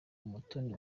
umutoni